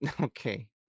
Okay